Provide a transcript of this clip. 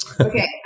Okay